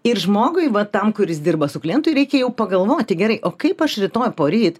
ir žmogui va tam kuris dirba su klientu reikia jau pagalvoti gerai o kaip aš rytoj poryt